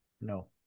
no